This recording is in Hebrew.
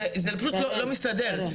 זה פשוט לא מסתדר.